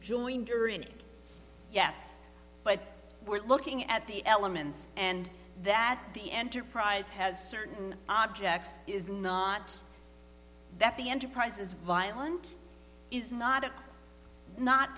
joined you're in it yes but we're looking at the elements and that the enterprise has certain objects is not that the enterprise is violent is not a not